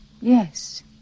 Yes